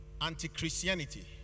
anti-Christianity